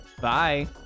Bye